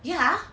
ya